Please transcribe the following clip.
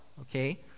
okay